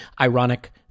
Ironic